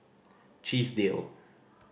Chesdale